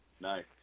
Nice